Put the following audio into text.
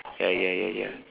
ya ya ya ya